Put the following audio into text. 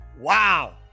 Wow